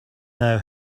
now